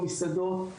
במסעדות,